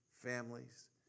families